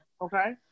Okay